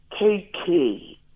KK